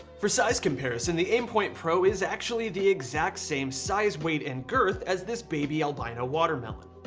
for size comparison, the aimpoint pro is actually the exact same size, weight and girth as this baby albino watermelon.